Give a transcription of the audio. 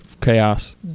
chaos